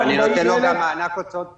אבל אני נותן לו גם מענק הוצאות קבועות,